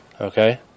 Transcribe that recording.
Okay